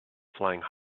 flying